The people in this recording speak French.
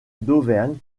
d’auvergne